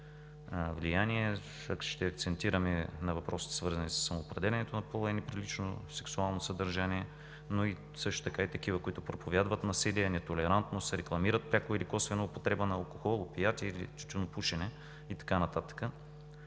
влияние. Ще акцентираме на въпроси, свързани със самоопределянето на пола и неприлично сексуално съдържание, но също така и такива, които проповядват насилие, нетолерантност, рекламират пряко или косвено употреба на алкохол, опиати или тютюнопушене и така нататък.